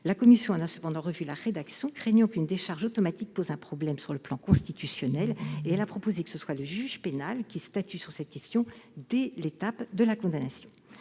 La commission en a cependant revu la rédaction, craignant qu'une décharge automatique ne pose un problème sur le plan constitutionnel, et elle a proposé que ce soit le juge pénal qui statue sur cette question dès l'étape de la condamnation.